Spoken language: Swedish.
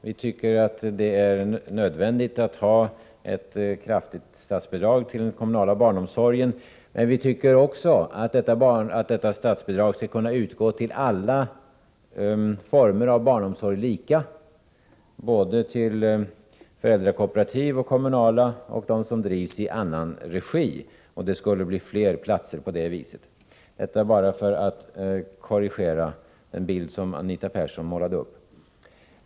Vi tycker att det är nödvändigt med ett kraftigt statsbidrag till den kommunala barnomsorgen, men vi tycker också att detta statsbidrag skall utgå lika till alla former av barnomsorg, till föräldrakooperativ, till kommunal barnomsorg och till barnomsorg som drivs i annan regi. Det skulle på det viset bli flera platser. Jag säger detta bara för att korrigera den bild som Anita Persson målade upp.